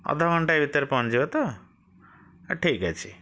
ଅଧ ଘଣ୍ଟାଏ ଭିତରେ ପହଞ୍ଚିଯିବ ତ ଠିକ୍ ଅଛି